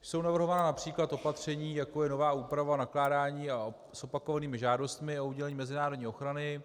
Jsou navrhována například opatření, jako je nová úprava nakládání s opakovanými žádostmi o udělení mezinárodní ochrany.